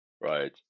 Right